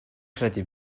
credu